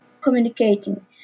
communicating